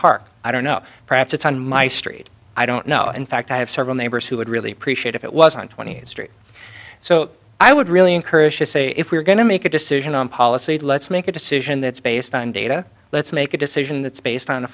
park i don't know perhaps it's on my street i don't know in fact i have several neighbors who would really appreciate if it wasn't twentieth street so i would really encourage to say if we're going to make a decision on policy let's make a decision that's based on data let's make a decision that's based on a